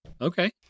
okay